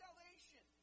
Salvation